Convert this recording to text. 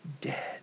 dead